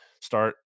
start